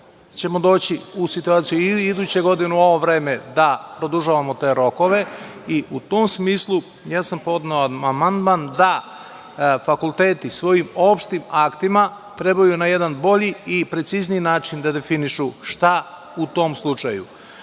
ćemo doći u situaciju ili iduće godine u ovo vreme da produžavamo te rokove i u tom smislu sam podneo amandman da fakulteti svojim opštim aktima trebaju na jedan bolji i precizniji način da definišu šta u tom slučaju.